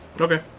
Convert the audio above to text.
Okay